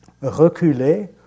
reculer